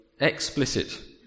explicit